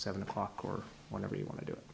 seven o'clock or whenever you want to do